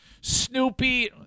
Snoopy